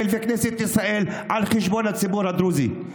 ובכנסת ישראל על חשבון הציבור הדרוזי.